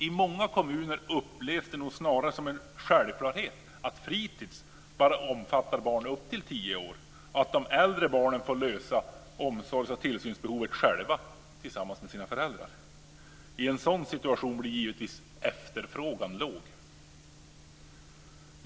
I många kommuner upplevs det nog snarare som en självklarhet att fritis bara omfattar barn upp till tio år, de äldre barnen får lösa omsorgsoch tillsynsbehovet själva tillsammans med sina föräldrar. I en sådan situation blir givetvis efterfrågan liten.